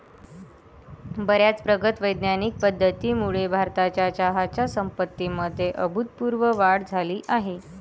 बर्याच प्रगत वैज्ञानिक पद्धतींमुळे भारताच्या चहाच्या संपत्तीमध्ये अभूतपूर्व वाढ झाली आहे